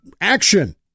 action